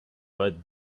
but